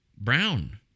brown